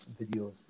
videos